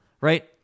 Right